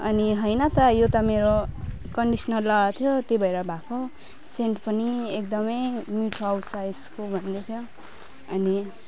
अनि होइन त यो त मेरो कन्डिसनर लगाएको थियो त्यही भएर भएको सेन्ट पनि एकदम मिठो आउँछ यसको भन्दै थियो अनि